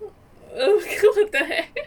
what the heck